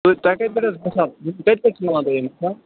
تُہۍ کَتہِ پٮ۪ٹھ حظ کھسان کَتہِ پٮ۪ٹھ چھُو یوان تۄہہِ یہِ مسال